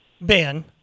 Ben